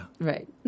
Right